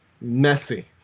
messy